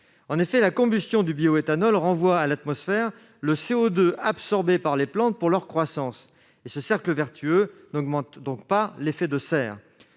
En effet, la combustion du bioéthanol renvoie à l'atmosphère le CO2 absorbé par les plantes pour leur croissance, et ce cercle vertueux n'augmente pas l'effet de serre.